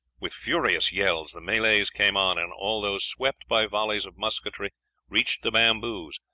with furious yells the malays came on, and although swept by volleys of musketry reached the bamboos,